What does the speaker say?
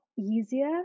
easier